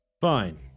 Fine